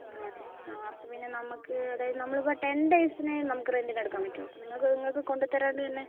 ആണല്ലേ ആ അപ്പോൾ പിന്നെ നമുക്ക് അതായത് നമ്മളിപ്പോൾ ടെൻ ഡേയ്സിന് നമുക്ക് റെൻ്റിനെടുക്കാൻ പറ്റുമോ അപ്പോൾ നിങ്ങൾക്ക് നിങ്ങൾക്ക് കൊണ്ട് തരാണ്ട് തന്നെ